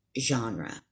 genre